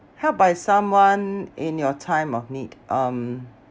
helped by someone in your time of need um